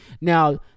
Now